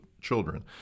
Children